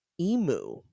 emu